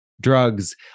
drugs